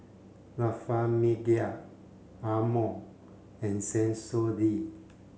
La Famiglia Amore and Sensodyne